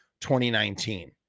2019